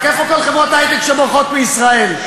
איפה כל חברות ההיי-טק שבורחות מישראל?